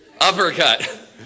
uppercut